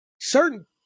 certain